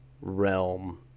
realm